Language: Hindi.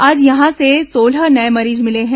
आज यहां से सोलह नये मरीज मिले हैं